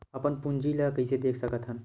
अपन पूंजी ला कइसे देख सकत हन?